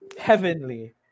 heavenly